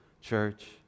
church